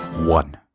one.